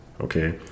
Okay